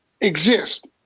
exist